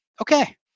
Okay